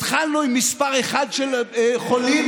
התחלנו עם מספר אחד של חולים,